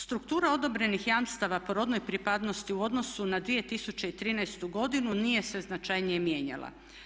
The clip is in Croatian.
Struktura odobrenih jamstava po rodnoj pripadnosti u odnosu na 2013. godinu nije se značajnije mijenjala.